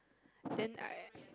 then I